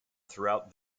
throughout